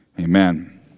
Amen